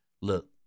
Look